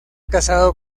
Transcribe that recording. casado